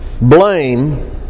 blame